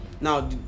Now